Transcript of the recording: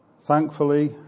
Thankfully